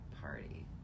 party